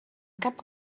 cap